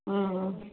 ம்